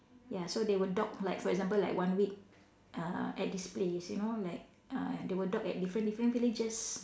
ya so they will dock like for example like one week uh at this place you know like uh they will dock at different different villages